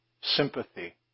sympathy